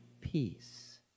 peace